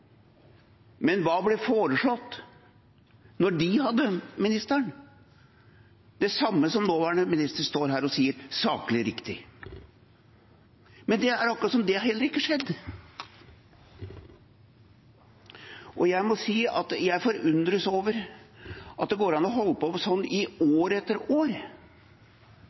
Men hva ble foreslått da de hadde ministeren? Det samme som nåværende minister står her og sier saklig riktig. Men det er akkurat som om det heller ikke har skjedd. Jeg må si at jeg forundres over at det går an å holde på sånn i år etter år,